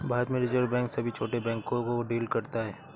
भारत में reserve bank सभी छोटे बैंक को डील करता है